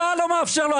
--- אתה לא מאפשר לו,